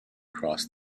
cross